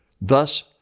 Thus